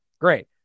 Great